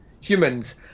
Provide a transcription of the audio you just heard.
humans